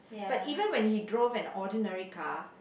but even when he drove an ordinary car